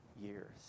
years